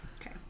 Okay